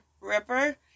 Ripper